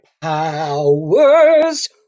powers